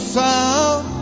sound